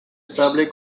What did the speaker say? sable